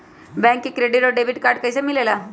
Bank से credit और debit card कैसी मिलेला?